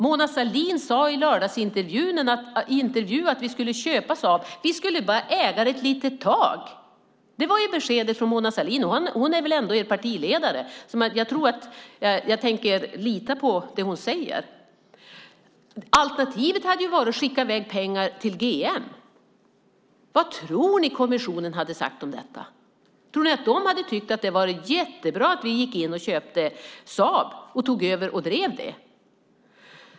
Mona Sahlin sade i en lördagsintervju att vi skulle köpa Saab. Vi skulle bara äga det ett litet tag. Det var beskedet från Mona Sahlin, och hon är er partiledare. Jag tänker lita på det hon säger. Alternativet hade varit att skicka i väg pengar till GM. Vad tror ni att kommissionen hade sagt om detta? Tror ni att de hade tyckt att det varit jättebra om vi gick in och köpte Saab och tog över och drev det?